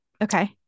Okay